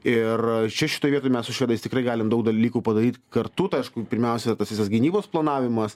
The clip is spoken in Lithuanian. ir čia šitoj vietoj mes su švedais tikrai galim daug dalykų padaryti kartu tai aišku pirmiausia tas visas gynybos planavimas